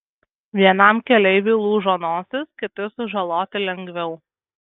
vienam keleiviui lūžo nosis kiti sužaloti lengviau